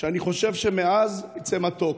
שאני חושב שמעז יצא מתוק.